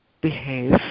behave